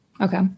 Okay